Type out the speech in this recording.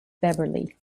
beverley